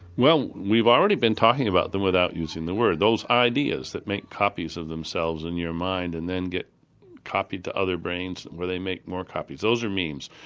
well we've already been talking about them without using the word. those ideas that make copies of themselves in your mind and then get copied to other brains where they make more copies. those are memes.